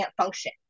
function